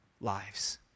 lives